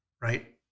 right